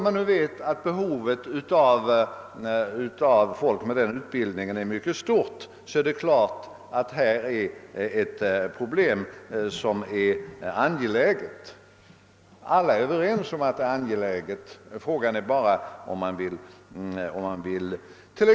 Eftersom behovet av folk med sådan utbildning är mycket stort måste alla vara överens om att problemet är viktigt.